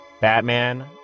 Batman